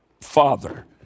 father